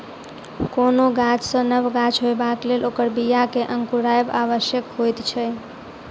कोनो गाछ सॅ नव गाछ होयबाक लेल ओकर बीया के अंकुरायब आवश्यक होइत छै